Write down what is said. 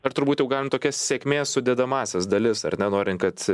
na ir turbūt jau galim tokias sėkmės sudedamąsias dalis ar ne norint kad